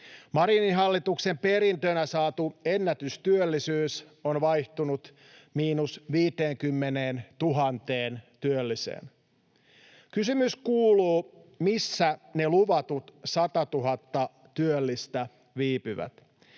Marinin hallituksen perintönä saatu ennätystyöllisyys on vaihtunut miinus 50 000 työlliseen. Kysymys kuuluu: missä ne luvatut 100 000 työllistä viipyy?